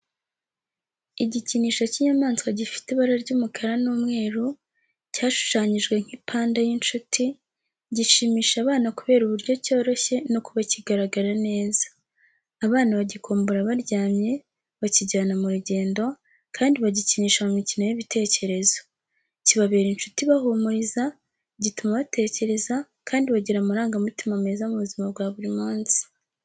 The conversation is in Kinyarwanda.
Igikinisho cy'inyamaswa gifite ibara ry'umukara n'umweru, cyashushanyijwe nk'ipanda y’inshuti, gishimisha abana kubera uburyo cyoroshye no kuba kigaragara neza. Abana bagikumbura baryamye, bakijyana mu rugendo, kandi bagikinisha mu mikino y’ibitekerezo. Kibabera inshuti ibahumuriza, gituma batekereza kandi bagira amarangamutima meza mu buzima bwa buri munsi.